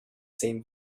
same